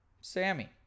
Sammy